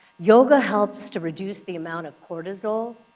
yoga helps to reduce the amount of cortisol,